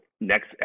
next